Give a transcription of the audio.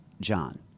John